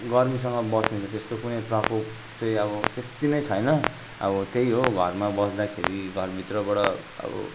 गर्मीसगँ बस्नेले त्यस्तो कुनै प्रकोप चाहिँ अब त्यत्ति नै छैन अब त्यही हो घरमा बस्दाखेरि घरभित्रबाट अब